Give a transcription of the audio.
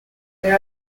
there